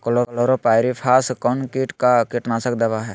Chlorpyrifos कौन किट का कीटनाशक दवा है?